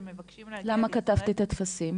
שמבקשים להגיע לישראל --- למה כתבת את הטפסים?